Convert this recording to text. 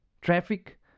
traffic